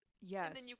Yes